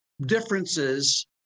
differences